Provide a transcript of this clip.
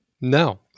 No